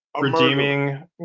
Redeeming